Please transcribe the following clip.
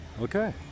Okay